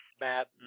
Matt